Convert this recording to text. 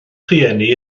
rhieni